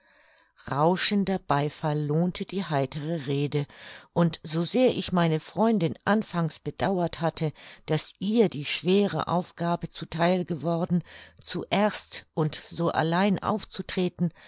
rauschender beifall lohnte die heitere rede und so sehr ich meine freundin anfangs bedauert hatte daß ihr die schwere aufgabe zu theil geworden zuerst und so allein aufzutreten